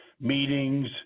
meetings